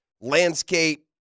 landscape